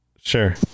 Sure